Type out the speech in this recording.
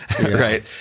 right